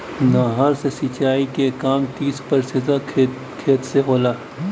नहर से सिंचाई क काम तीस प्रतिशत तक खेत से होला